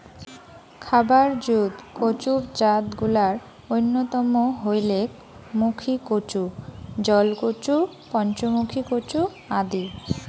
খাবার জুত কচুর জাতগুলার অইন্যতম হইলেক মুখীকচু, জলকচু, পঞ্চমুখী কচু আদি